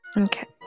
Okay